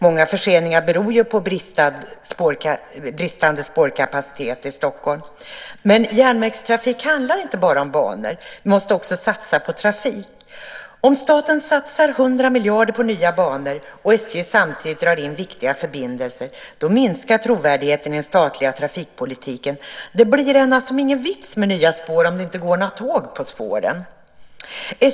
Många förseningar beror ju på bristande spårkapacitet i Stockholm. Men järnvägstrafik handlar inte bara om banor. Vi måste också satsa på trafik. Om staten satsar 100 miljarder på nya banor och samtidigt drar in viktiga förbindelser minskar trovärdigheten i den statliga trafikpolitiken. Det blir liksom ingen vits med nya spår om det inte går några tåg på dem.